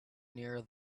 near